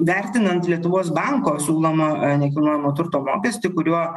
vertinant lietuvos banko siūlomą nekilnojamo turto mokestį kuriuo